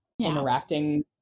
interacting